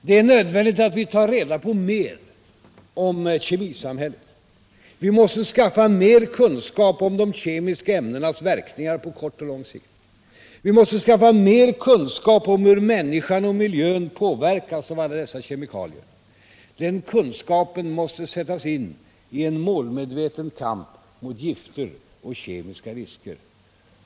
Det är nödvändigt att vi tar reda på mer om kemisamhället. Vi måste skaffa mer kunskap om de kemiska ämnenas verkningar på lång sikt. Vi måste skaffa mer kunskap om hur människan och miljön påverkas av alla dessa kemikalier. Den kunskapen måste sättas in i en målmedveten kamp mot gifter och kemiska risker.